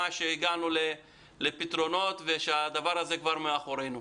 שהגענו לפתרונות ושהדבר הזה מאחורינו.